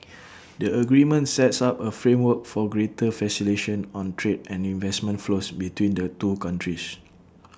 the agreement sets up A framework for greater facilitation on trade and investment flows between the two countries